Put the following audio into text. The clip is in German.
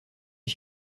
ich